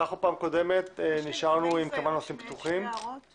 בפעם הקודמת נשארנו עם כמה נושאים פתוחים